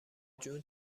جون